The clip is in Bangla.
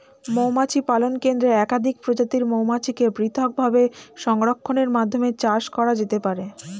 মৌমাছি পালন কেন্দ্রে একাধিক প্রজাতির মৌমাছিকে পৃথকভাবে সংরক্ষণের মাধ্যমে চাষ করা যেতে পারে